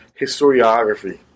historiography